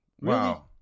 Wow